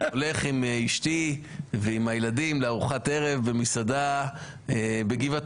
הולך עם אשתי ועם הילדים לארוחת ערב במסעדה בגבעתיים.